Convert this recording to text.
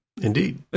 indeed